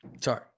Sorry